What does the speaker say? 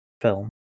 film